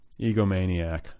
egomaniac